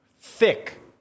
thick